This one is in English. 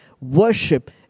Worship